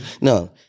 No